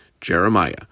Jeremiah